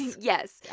Yes